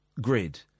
grid